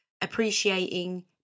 appreciating